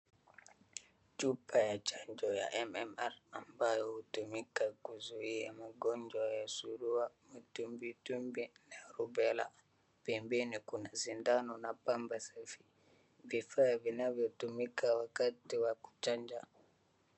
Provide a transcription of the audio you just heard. Chupa ya chanjo ya MMR ambayo hutumika kuzuia magonjwa ya surua, Matumbitumbwi na Rubela. Pia pembeni kuna sindano na pamba safi, vifaa vinavyotumika wakati wa kuchanja.